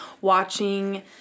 watching